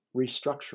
restructuring